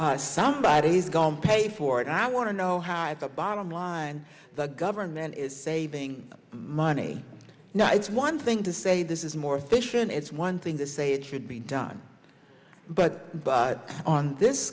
somebody is going pay for it i want to know how the bottom line the government is saving money now it's one thing to say this is more efficient it's one thing the say it should be done but but on this